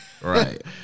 right